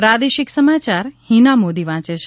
પ્રાદેશિક સમાચાર હિના મોદી વાંચે છે